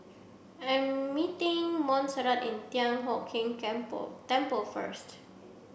I'm meeting Monserrat at Thian Hock Keng Temple first